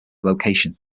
location